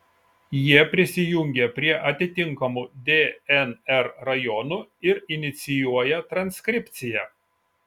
jie prisijungia prie atitinkamų dnr rajonų ir inicijuoja transkripciją